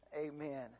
amen